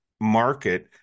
market